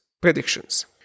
predictions